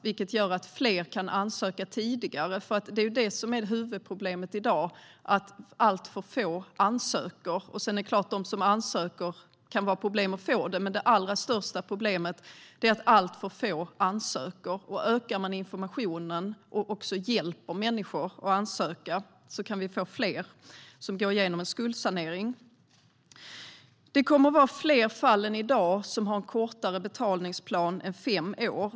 Det gör att fler kan ansöka tidigare. Huvudproblemet i dag är nämligen att alltför få ansöker. Det är klart att de som ansöker kan ha problem med att få detta, men det allra största problemet är att alltför få ansöker. Ökar vi informationen och hjälper människor att ansöka kan vi få fler som går igenom en skuldsanering. Det kommer att vara fler än i dag som har en kortare betalningsplan än fem år.